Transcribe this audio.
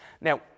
Now